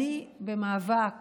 אני במאבק